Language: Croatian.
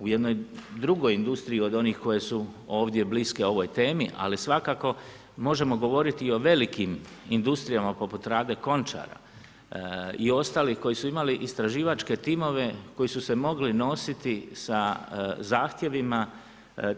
U jednoj drugoj industriji od onih koje su ovdje bliske ovoj temi, ali svakako možemo govoriti i o velikim industrijama poput Rade Končara i ostalih koji su imali istraživačke timove koji su se mogli nositi sa zahtjevima